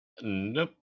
Nope